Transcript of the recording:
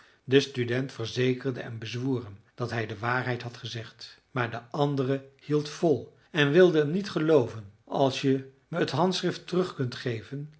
de student verzekerde en bezwoer hem dat hij de waarheid had gezegd maar de andere hield vol en wilde hem niet gelooven als je me t handschrift terug kunt geven